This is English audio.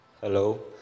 Hello